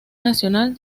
nacional